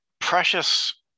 precious